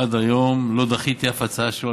עד היום לא דחיתי אף הצעה שלו.